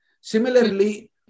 Similarly